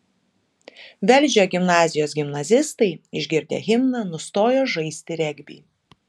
velžio gimnazijos gimnazistai išgirdę himną nustojo žaisti regbį